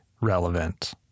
relevant